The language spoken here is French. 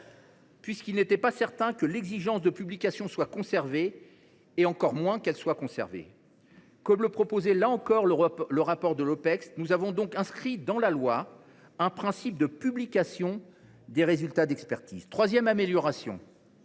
puisqu’il n’était pas certain que l’exigence de publication soit conservée, et encore moins qu’elle soit renforcée. Comme le proposait le rapport de l’Opecst, nous avons donc inscrit dans la loi un principe de publication des résultats d’expertise. Troisième amélioration